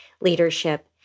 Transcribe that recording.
leadership